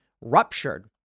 ruptured